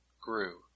grew